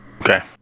Okay